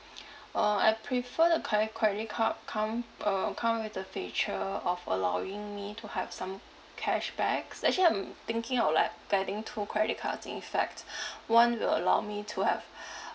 uh I prefer the kind of credit card account uh account with the feature of allowing me to have some cashbacks actually I'm thinking of like getting two credit cards in fact one will allow me to have